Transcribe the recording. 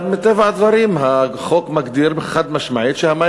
מטבע הדברים החוק מגדיר חד-משמעית שהמים